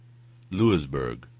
louisbourg,